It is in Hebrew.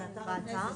קל מאוד לבחון את זה.